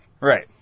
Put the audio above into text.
Right